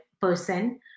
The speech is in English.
person